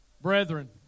Brethren